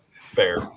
Fair